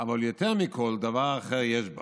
אבל יותר מכל דבר אחר יש בה